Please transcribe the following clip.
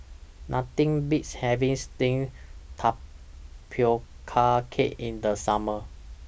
Nothing Beats having Steamed Tapioca Cake in The Summer